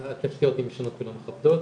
התשתיות הן ישנות ולא מכבדות.